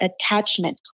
attachment